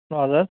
हजुर